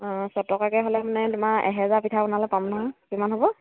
অঁ ছটকাকৈ হ'লে মানে তোমাৰ এহেজাৰ পিঠা বনালে পাম নহয় কিমান হ'ব